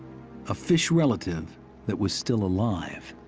a fish relative that was still alive.